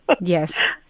Yes